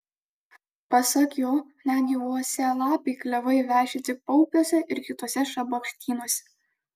pasak jo netgi uosialapiai klevai veši tik paupiuose ir kituose šabakštynuose